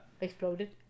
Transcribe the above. Exploded